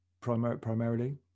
primarily